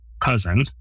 cousin